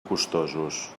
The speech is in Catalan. costosos